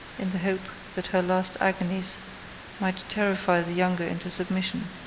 in the hope that her last agonies might terrify the younger into submission.